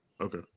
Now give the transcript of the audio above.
Okay